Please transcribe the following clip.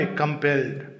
compelled